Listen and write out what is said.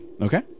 Okay